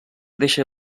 deixa